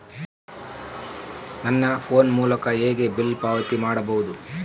ನನ್ನ ಫೋನ್ ಮೂಲಕ ಹೇಗೆ ಬಿಲ್ ಪಾವತಿ ಮಾಡಬಹುದು?